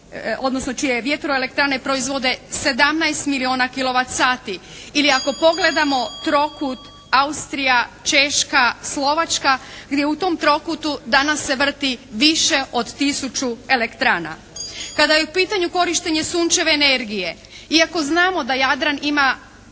odnosno čije vjetroelektrane proizvode 17 milijona kilovat sati ili ako pogledamo trokut Austrija, Češka, Slovačka gdje u tom trokutu danas se vrti više od tisuću elektrana. Kada je u pitanju korištenje sunčeve energije iako znamo da Jadran ima